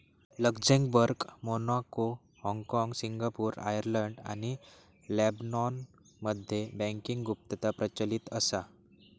Luxembourg, Monaco, हाँगकाँग, Singapore, Ireland आणि लेबनॉनमध्ये बँकिंग गुप्तता प्रचलित असा